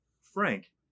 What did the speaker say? Frank